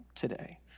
today